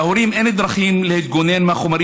להורים אין דרכים להתגונן מהחומרים